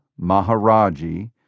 Maharaji